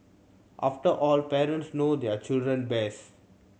after all parents know their children best